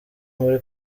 muri